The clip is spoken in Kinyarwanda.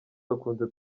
bakunze